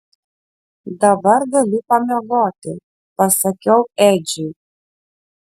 dabar gali pamiegoti pasakiau edžiui